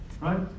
right